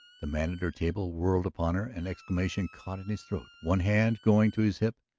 the man at her table whirled upon her, an exclamation caught in his throat, one hand going to his hip,